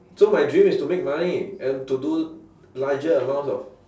so my dream is to make money and to do larger amounts of